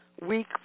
week